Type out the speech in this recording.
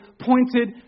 pointed